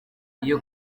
iyo